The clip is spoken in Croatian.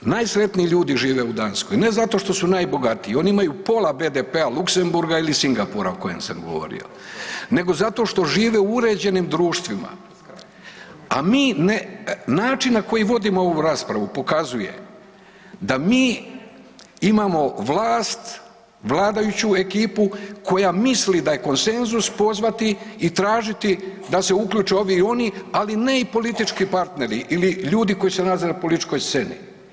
Najsretniji ljudi žive u Danskoj, ne zato što su najbogatiji, oni imaju pola BDP-a Luksemburga ili Singapura o kojem o kojem sam govorio, nego zato što žive u uređenim društvima, a mi ne, način na koji vodimo ovu raspravu pokazuje da mi imamo vlast, vladajuću ekipu koja misli da je konsenzus pozvati i tražiti da se uključe ovi i oni, ali ne i politički partneri ili ljudi koji se nalaze na političkoj sceni.